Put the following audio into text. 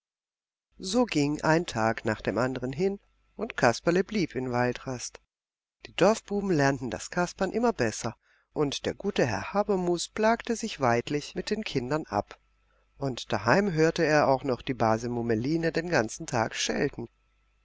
so ging ein tag nach dem andern hin und kasperle blieb in waldrast die dorfbuben lernten das kaspern immer besser und der gute herr habermus plagte sich weidlich mit den kindern ab und daheim hörte er auch noch die base mummeline den ganzen tag schelten